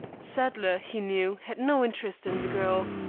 sadler, he knew, had no interest in the girl,